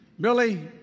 Billy